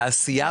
בעשייה.